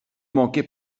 manquez